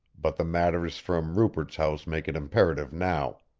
but the matters from rupert's house make it imperative now.